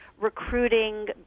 recruiting